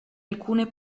alcune